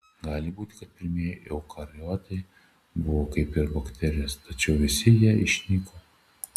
gali būti kad pirmieji eukariotai buvo kaip ir bakterijos tačiau visi jie išnyko